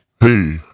hey